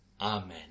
Amen